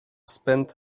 spend